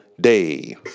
day